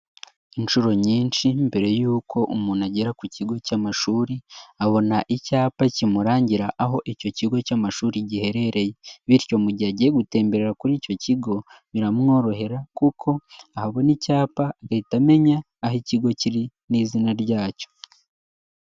Inshuro nyinshi mbere y'uko umuntu agera ku kigo cy'amashuri, abona icyapa kimurangira aho icyo kigo cy'amashuri giherereye bityo mu gihe agiye gutemmbere kuri icyo kigo, biramworohera kuko ahabona icyapa agahita amenya aho ikigo kiri n'izina ryacyo.